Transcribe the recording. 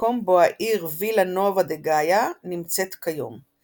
מקום בו העיר וילה נובה דה גאיה נמצאת כיום,